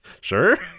sure